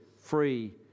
free